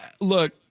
look